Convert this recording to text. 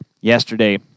yesterday